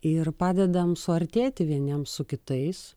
ir padedam suartėti vieniems su kitais